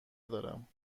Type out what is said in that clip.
دارم